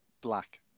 black